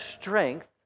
strength